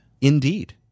Indeed